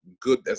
good